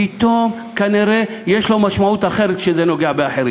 פתאום כנראה יש לו משמעות אחרת כשזה נוגע באחרים.